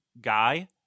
guy